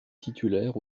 titulaire